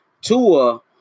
Tua